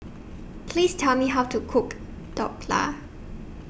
Please Tell Me How to Cook Dhokla